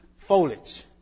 Foliage